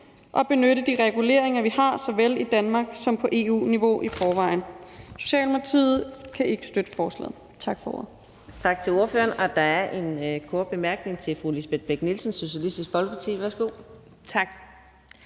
og benytte de reguleringer, vi har såvel i Danmark som på EU-niveau i forvejen. Socialdemokratiet kan ikke støtte forslaget. Tak for ordet.